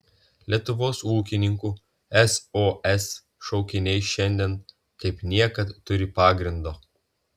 lietuvos ūkininkų sos šaukiniai šiandien kaip niekad turi pagrindo